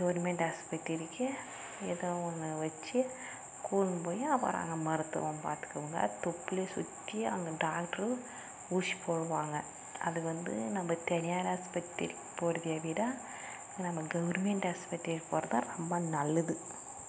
government ஆஸ்பத்திரிக்கு ஏதோ ஒன்று வெச்சு கூட்ட்டு போய் அப்புறம் மருத்துவம் பார்த்துக்குவோங்க தொப்புளை சுற்றி அங்கே டாக்ட்ரு ஊசி போடுவாங்க அது வந்து நம்ம தனியார் ஆஸ்பத்திரிக்கு போவத விட நம்ம கவுர்ன்மெண்ட் ஆஸ்பத்திரி போவதுதான் ரொம்ப நல்லது